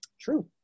true